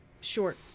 short